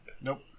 Nope